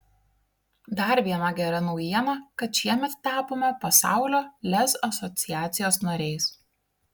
dar viena gera naujiena kad šiemet tapome pasaulio lez asociacijos nariais